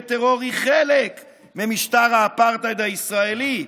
טרור היא חלק ממשטר האפרטהייד הישראלי,